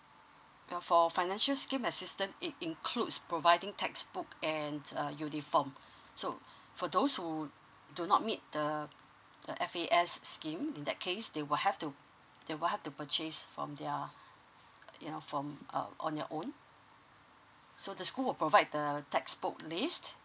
uh for financial scheme assistant it includes providing textbook and err uniform so for those who do not meet the the F_A_S scheme in that case they will have to they will have to purchase from their you know from mm on your own so the school will provide the textbook list